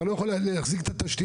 אתה לא יכול להחזיק את התשתיות,